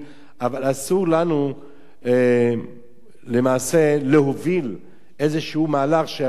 אבל אסור לנו למעשה להוביל איזשהו מהלך שיכול גם,